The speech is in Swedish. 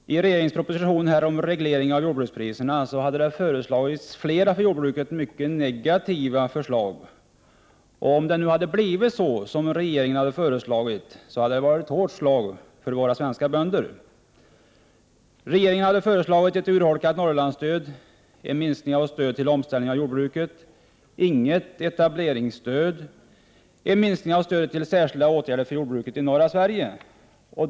Herr talman! I regeringens proposition om regleringen av jordbrukspriserna förekom flera för jordbruket mycket negativa förslag. Om det hade blivit som regeringen föreslog, hade det varit ett hårt slag för våra svenska bönder. Regeringen hade föreslagit ett urholkat Norrlandsstöd, en minskning av stödet till omställning av jordbruket, inget etableringsstöd och en minskning av stödet till särskilda åtgärder för jordbruket i norra Sverige.